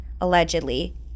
allegedly